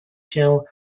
się